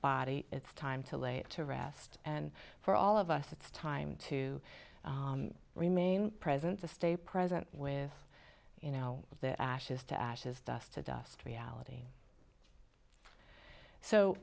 body it's time to lay it to rest and for all of us it's time to remain present to stay present with you know the ashes to ashes dust to dust reality so